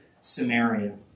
Samaria